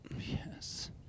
Yes